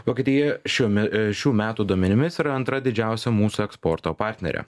vokietija šiuo me šių metų duomenimis yra antra didžiausia mūsų eksporto partnerė